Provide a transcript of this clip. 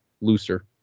looser